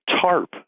TARP